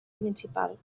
principal